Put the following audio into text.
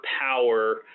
power